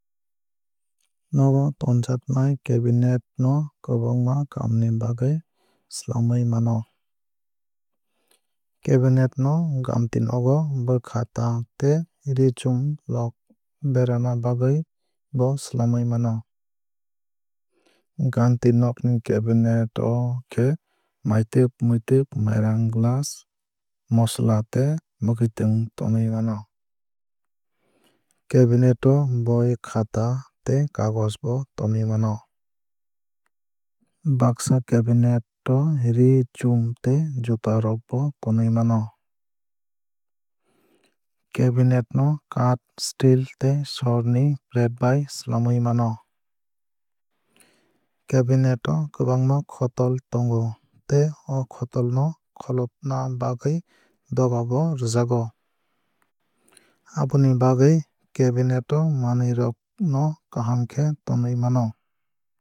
Nogo tonjaknai cabinet no kwbangma kaam ni bagwui swlamwui mano. Cabinet no ghantinogo boi khata tei ree chum rok berana bagwui bo swlamwui mano. Ghantinog ni cabinet o khe maitwk muitwk mairang glass mososla tei mwkhwtwng tonwui mano. Cabinte o boi khata tei kagoj bo tonwui mano. Baksa cabinet o ree chum tei juta rok bo tonwui mano. Cabinet no kath steel tei sor ni plate bai swlamwui mano. Cabinet o kwbangma khotol tongo tei o khotol no kholopna bagwui doga bo rwjago. Aboni bagwui cabinet o manwui rok no kaham khe tonwui mano.